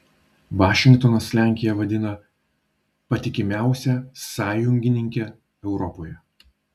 vašingtonas lenkiją vadina patikimiausia sąjungininke europoje